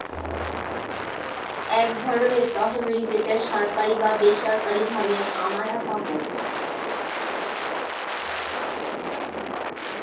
এক ধরনের তহবিল যেটা সরকারি বা বেসরকারি ভাবে আমারা পাবো